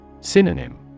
Synonym